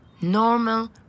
normal